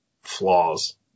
flaws